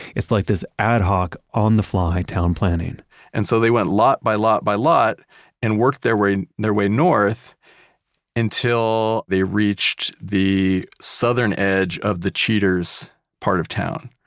it's like this ad hoc, on-the-fly town planning and so they went lot, by lot, by lot and worked their way their way north until they reached the southern edge of the cheater's part of town.